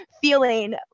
feeling